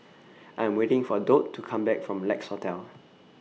I 'm waiting For Dot to Come Back from Lex Hotel